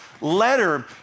letter